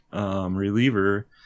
reliever